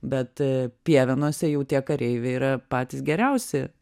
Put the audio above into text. bet pievėnuose jau tie kareiviai yra patys geriausi